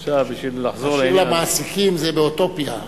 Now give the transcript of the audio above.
באשר למעסיקים, זה באוטופיה.